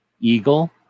eagle